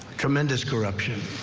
tremendous corruption.